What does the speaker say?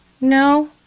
no